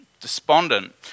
despondent